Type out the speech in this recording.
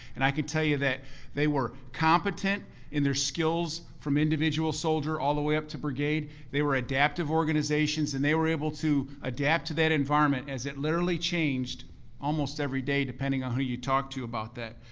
and i could tell you that they were competent in their skills from individual soldier all the way up to brigade, they were adaptive organizations and they were able to adapt to that environment as it literally changed almost every day, depending on who you talked to about that.